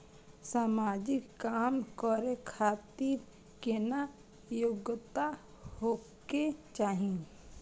समाजिक काम करें खातिर केतना योग्यता होके चाही?